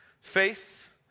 faith